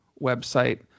website